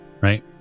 right